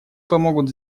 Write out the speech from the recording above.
помогут